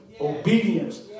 obedience